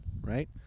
right